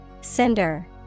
Cinder